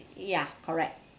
ya correct